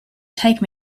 take